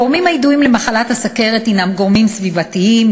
הגורמים הידועים למחלת הסוכרת הם גורמים סביבתיים,